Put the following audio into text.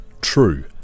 True